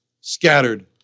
Scattered